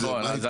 איפה זה עומד?